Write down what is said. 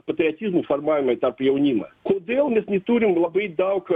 patriotazimui formavimui tarp jaunimą kodėl mes neturim labai daug